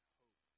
hope